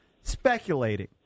speculating